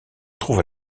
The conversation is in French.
trouve